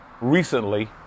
recently